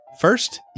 First